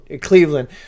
Cleveland